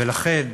ולכן,